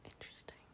interesting